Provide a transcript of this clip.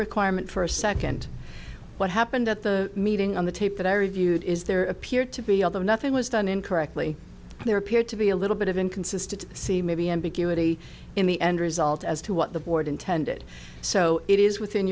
requirement for a second what happened at the meeting on the tape that i reviewed is there appeared to be although nothing was done incorrectly and there appeared to be a little bit of inconsistency see maybe ambiguity in the end result as to what the board intended so it is within